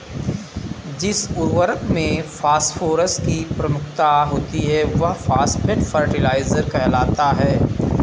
जिस उर्वरक में फॉस्फोरस की प्रमुखता होती है, वह फॉस्फेट फर्टिलाइजर कहलाता है